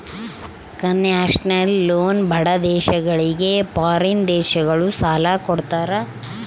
concessional loan ಬಡ ದೇಶಗಳಿಗೆ foreign ದೇಶಗಳು ಸಾಲ ಕೊಡ್ತಾರ